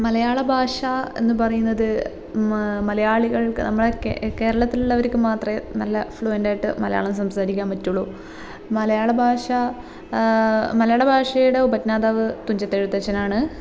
മലയാള ഭാഷ എന്ന് പറയുന്നത് മലയാളികൾക്ക് നമ്മളെ കേ കേരളത്തിലുള്ളവർക്ക് മാത്രമേ നല്ല ഫ്ലുവൻ്റായിട്ട് മലയാളം സംസാരിക്കാൻ പറ്റുള്ളൂ മലയാള ഭാഷ മലയാളഭാഷയുടെ ഉപജ്ഞാതാവ് തുഞ്ചത്ത് എഴുത്തച്ഛനാണ്